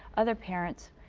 other parents,